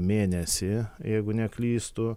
mėnesį jeigu neklystu